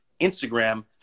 Instagram